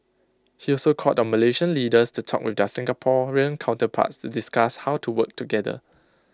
he also called on Malaysian leaders to talk with their Singaporean counterparts to discuss how to work together